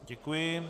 Děkuji.